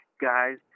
Guys